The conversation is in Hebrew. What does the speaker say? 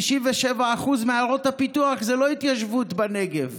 97% מעיירות הפיתוח זה לא התיישבות בנגב.